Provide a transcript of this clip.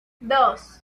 dos